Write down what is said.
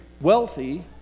wealthy